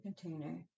container